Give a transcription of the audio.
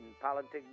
politics